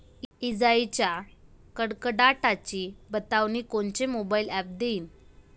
इजाइच्या कडकडाटाची बतावनी कोनचे मोबाईल ॲप देईन?